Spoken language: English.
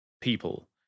people